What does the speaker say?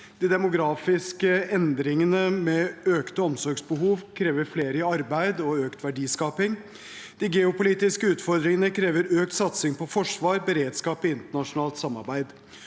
de demografiske endringene med økte omsorgsbehov krever flere i arbeid og økt verdiskaping, og de geopolitiske utfordringene krever økt satsing på forsvar, beredskap og internasjonalt samarbeid.